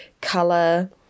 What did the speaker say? color